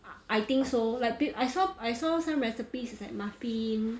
I I think so like peop~ I saw I saw some recipes it's like muffin